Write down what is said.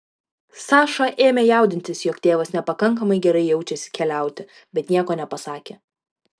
saša ėmė jaudintis jog tėvas nepakankamai gerai jaučiasi keliauti bet nieko nepasakė